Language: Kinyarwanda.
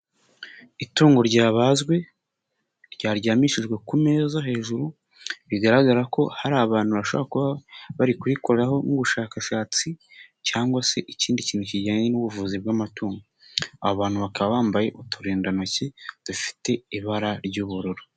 Itungo ryabazwe ryaryamishijwe ku meza hejuru bigaragara ko hari abantu bashoborakuba bari kurikoraho nk'ubushakashatsi cyangwa se ikindi kintu kijyanye n'ubuvuzi bw'amatungo, abantu bakaba bambaye uturindantoki dufite ibara ry'ubururu.